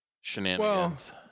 shenanigans